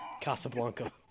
Casablanca